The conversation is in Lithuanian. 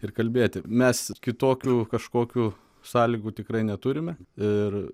ir kalbėti mes kitokių kažkokių sąlygų tikrai neturime ir